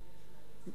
מאיר שטרית.